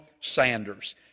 Sanders